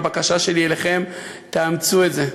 הבקשה שלי אליכם, תאמצו את זה.